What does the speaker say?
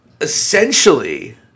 essentially